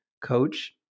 coach